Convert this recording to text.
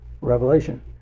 Revelation